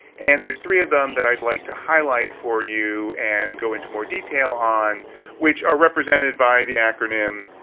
and there's three of them that i'd like to highlight for you and go into more detail on which are represented by the acronym.